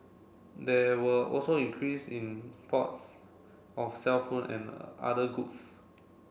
there were also increase in imports of cellphone and other goods